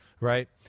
right